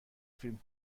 فیلم